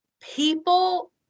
People